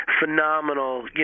phenomenal